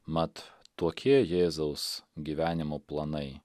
mat tokie jėzaus gyvenimo planai